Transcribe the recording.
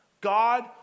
God